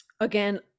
again